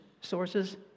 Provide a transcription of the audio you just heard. sources